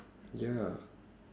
ya